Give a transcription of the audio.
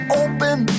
open